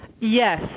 yes